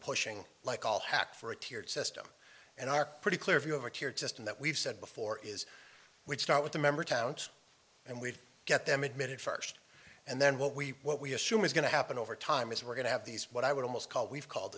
pushing like all hat for a tiered system and are pretty clear if you have a tiered system that we've said before is which start with the member towns and we'd get them admitted first and then what we what we assume is going to happen over time is we're going to have these what i would almost call we've called